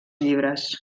llibres